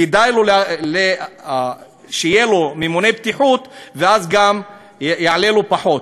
כדאי לו שיהיה לו ממונה בטיחות ואז גם יעלה לו פחות.